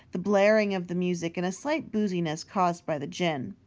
the blaring of the music, and a slight booziness caused by the gin.